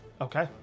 Okay